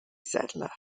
settler